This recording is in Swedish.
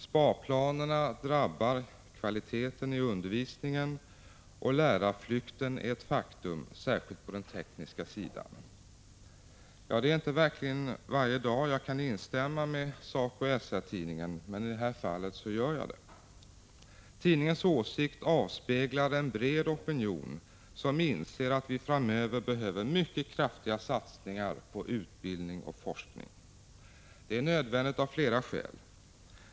Sparplanerna drabbar kvaliteten i undervisningen och lärarflykten är ett faktum, särskilt på den tekniska sidan.” Det är verkligen inte varje dag jag kan instämma med SACO/SR tidningen. Men i detta fall gör jag det. Tidningens åsikt avspeglar en bred opinion som inser att vi framöver behöver mycket kraftiga satsningar på utbildning och forskning. Detta är nödvändigt av flera skäl.